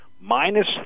Minus